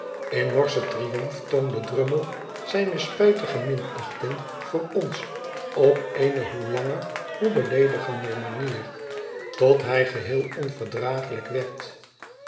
in norschen triomf toonde drummle zijne spijtige minachting voor ons op eene hoe langer hoe beleedigender manier tot hij geheel onverdraaglijk werd